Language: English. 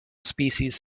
species